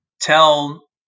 tell